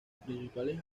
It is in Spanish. principales